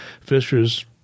Fishers